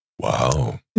Wow